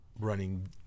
running